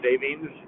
savings